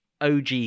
OG